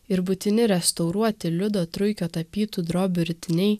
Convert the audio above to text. ir būtini restauruoti liudo truikio tapytų drobių ritiniai